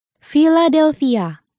Philadelphia